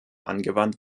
angewandt